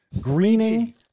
greening